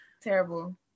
terrible